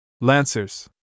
Lancers